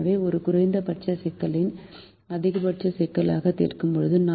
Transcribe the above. எனவே ஒரு குறைத்தல் சிக்கலை அதிகபட்ச சிக்கலாக தீர்க்கும்போது